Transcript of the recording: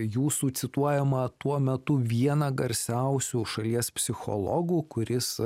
jūsų cituojamą tuo metu vieną garsiausių šalies psichologų kuris